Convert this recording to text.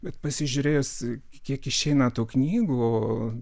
bet pasižiūrėjus kiek išeina tų knygų